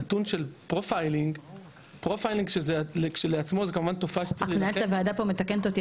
הנתון של פרופיילינג --- רק מנהלת הוועדה פה מתקנת אותי,